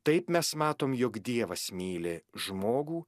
taip mes matom jog dievas myli žmogų